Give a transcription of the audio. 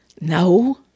No